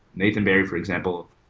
nathan barry, for example,